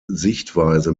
sichtweise